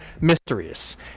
Mysteries